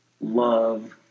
Love